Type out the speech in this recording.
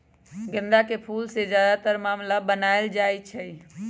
गेंदा के फूल से ज्यादातर माला बनाएल जाई छई